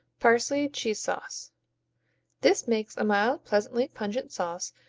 parsleyed cheese sauce this makes a mild, pleasantly pungent sauce,